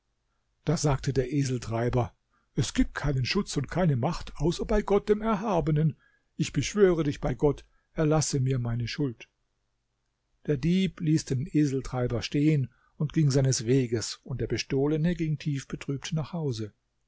da sagte der eseltreiber es gibt keinen schutz und keine macht außer bei gott dem erhabenen ich beschwöre dich bei gott erlasse mir meine schuld der dieb ließ den eseltreiber stehen und ging seines weges und der bestohlene ging tief betrübt nach hause